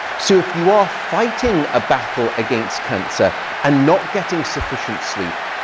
so if you are fighting a battle against cancer and not getting sufficient sleep,